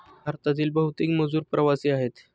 भारतातील बहुतेक मजूर प्रवासी आहेत